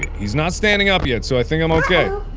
he's not standing up yet so i think i'm okay.